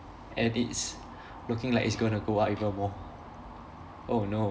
and it's looking like it's going to go up even more oh no